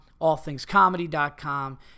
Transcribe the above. allthingscomedy.com